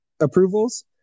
approvals